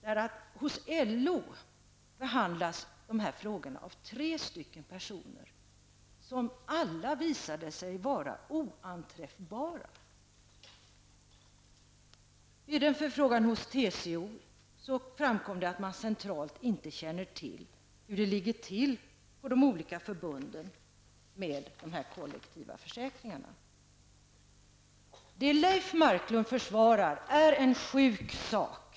Jag har då fått svaret att sådana här frågor behandlas av tre personer på LO. Men alla dessa visade sig vara oanträffbara. Vid en förfrågan hos TCO framkom det att man från centralt håll inte känner till förhållandena hos de olika förbunden vad gäller kollektiva försäkringar. Leif Marklund försvarar alltså en sjuk sak.